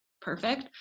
perfect